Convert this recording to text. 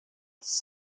its